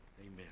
Amen